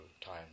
time